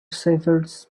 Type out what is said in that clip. shepherds